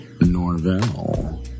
Norvell